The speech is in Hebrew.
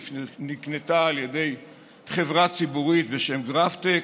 נקנתה על ידי חברה ציבורית בשם גרפטק,